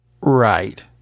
Right